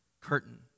curtain